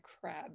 crab